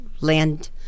land